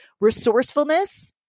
resourcefulness